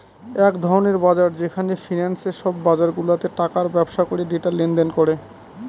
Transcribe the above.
এক ধরনের বাজার যেখানে ফিন্যান্সে সব বাজারগুলাতে টাকার ব্যবসা করে ডেটা লেনদেন করে